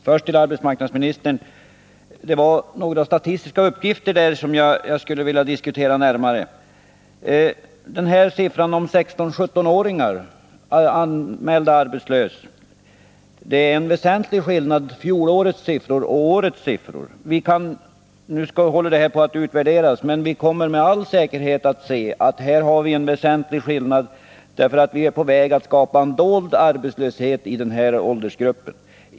Herr talman! Jag skulle litet närmare vilja diskutera några statistiska uppgifter med arbetsmarknadsministern. Det är en väsentlig skillnad på fjolårets och årets siffror för antalet anmälda arbetslösa 16 och 17-åringar. Nu håller detta visserligen på att utvärderas, men vi kommer med all säkerhet att kunna konstatera en väsentlig skillnad. Vi är på väg att skapa en dold arbetslöshet i denna åldersgrupp.